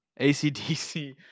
acdc